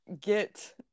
get